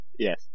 Yes